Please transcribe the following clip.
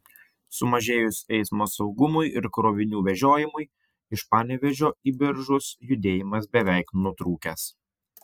sumažėjus eismo saugumui ir krovinių vežiojimui iš panevėžio į biržus judėjimas beveik nutrūkęs